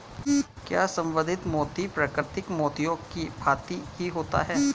क्या संवर्धित मोती प्राकृतिक मोतियों की भांति ही होता है?